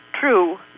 true